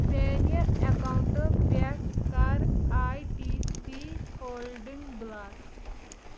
میانہِ اکاونٹہٕ پٮ۪ٹھٕ کَر آیۍ ٹی سی ہولڈنگہٕ بلاک